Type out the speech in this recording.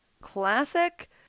classic